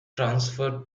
transferred